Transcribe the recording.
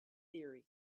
theory